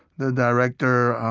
the director